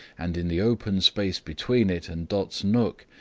and in the open space between it and dot's nook,